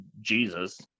Jesus